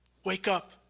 wake up,